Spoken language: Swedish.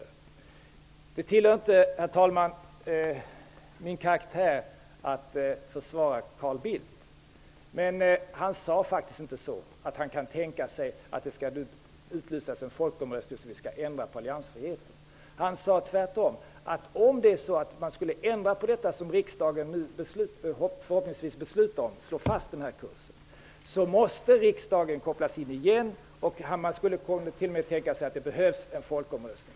Det ankommer visserligen inte, herr talman, på mig att försvara Carl Bildt, men han sade faktiskt inte att han kan tänka sig att det utlyses en folkomröstning om ändring av alliansfriheten. Han sade tvärtom att om man skulle ändra på den kurs som riksdagen nu förhoppningsvis beslutar att slå fast, måste riksdagen kopplas in igen. Han kunde t.o.m. tänka sig att det då behövs en folkomröstning.